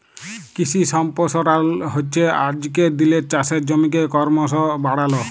কিশি সম্পরসারল হচ্যে আজকের দিলের চাষের জমিকে করমশ বাড়াল